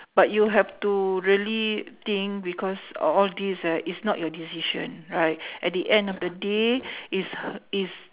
but you have to really think because al~ all this ah is not your decision right at the end of the day is h~ is